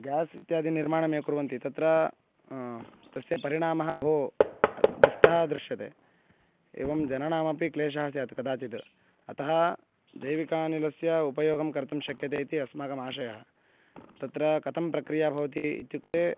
gas ॰ इत्यादीनां निर्माणं ये कुर्वन्ति तत्र तस्य परिणामः बहु दृष्टः दृश्यते एवं जनानामपि क्लेशः स्यात् कदाचित् अतः जैविकानिलस्य उपयोगं कर्तुं शक्यते इति अस्माकम् आशयः तत्र कथं प्रक्रिया भवति इत्युक्ते